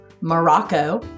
Morocco